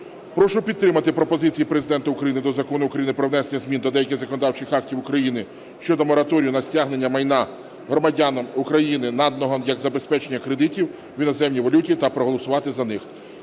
Прошу підтримати пропозиції Президента України до Закону України "Про внесення змін до деяких законодавчих актів України щодо мораторію на стягнення майна громадян України, наданого як забезпечення кредитів в іноземній валюті" та проголосувати за них.